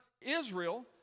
Israel